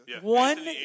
One